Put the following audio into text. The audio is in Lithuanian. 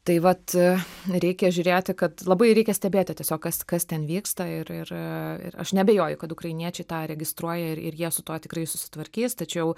tai vat reikia žiūrėti kad labai reikia stebėti tiesiog kas kas ten vyksta ir ir ir aš neabejoju kad ukrainiečiai tą registruoja ir ir jie su tuo tikrai susitvarkys tačiau